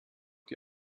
die